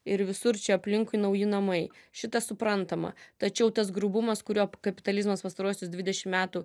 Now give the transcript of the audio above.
ir visur čia aplinkui nauji namai šitas suprantama tačiau tas grubumas kurio kapitalizmas pastaruosius dvidešim metų